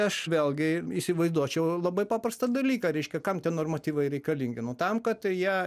aš vėlgi įsivaizduočiau labai paprastą dalyką reiškia kam tie normatyvai reikalingi nu tam kad tai jie